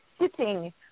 sitting